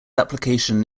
application